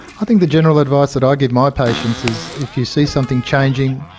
i think the general advice that i give my patients is if you see something changing,